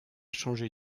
changé